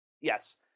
yes